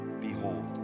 Behold